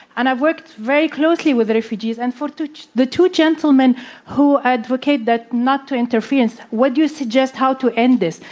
and i've worked very closely with the refugees. and for the two gentlemen who advocate that not to interfere, would you suggest how to end this?